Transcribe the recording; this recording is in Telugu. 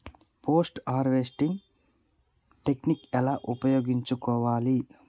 పోస్ట్ హార్వెస్టింగ్ టెక్నిక్ ఎలా ఉపయోగించుకోవాలి?